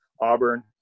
Auburn